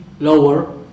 lower